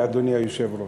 אדוני היושב-ראש,